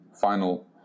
final